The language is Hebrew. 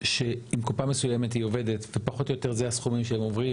תראה שעם קופה מסוימת היא עובדת ופחות או יותר זה הסכומים שהם עוברים,